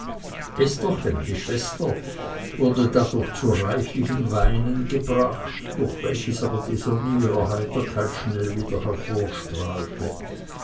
estherchen die schwester wurde dadurch zu reichlichem weinen gebracht durch welches aber die sonne ihrer heiterkeit schnell wieder